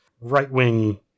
right-wing